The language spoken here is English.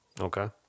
Okay